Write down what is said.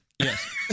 Yes